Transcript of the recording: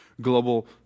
global